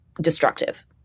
destructive